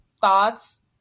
thoughts